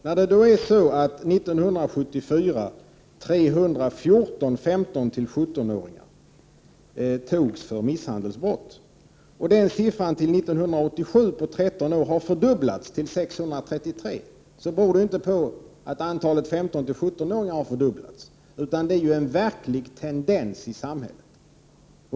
När det är så att 314 15-17-åringar år 1974 togs för misshandelsbrott och den siffran till 1987, på 13 år, har fördubblats till 633, beror det inte på att antalet 15-17-åringar har fördubblats, utan det är en verklig tendens i samhället.